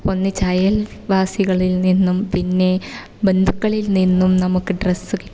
ഒന്നിച്ചു അയല്വാസികളില് നിന്നും പിന്നെ ബന്ധുക്കളില് നിന്നും നമുക്ക് ഡ്രസ്സ് കിട്ടും